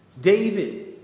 David